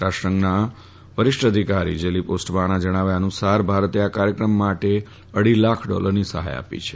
રાષ્ટ્રસંઘના વરિષ્ઠ અધિકારી જેલી પોસ્ટમાના જણાવ્યા અનુસાર ભારતે આ કાર્યક્રમ માટે અઢી લાખ ડોલરની સહાય આપી છે